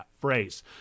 phrase